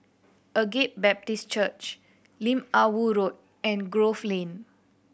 Agape Baptist Church Lim Ah Woo Road and Grove Lane